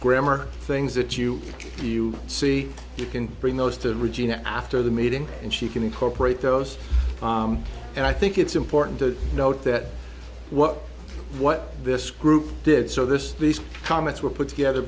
grammar things that you can do you see you can bring those to regina after the meeting and she can incorporate those and i think it's important to note that what what this group did so this these comments were put together